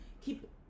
keep